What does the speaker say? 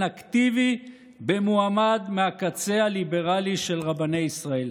אקטיבי במועמד מהקצה הליברלי של רבני ישראל.